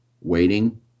waiting